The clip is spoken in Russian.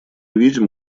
видим